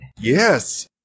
Yes